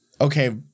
Okay